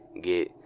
get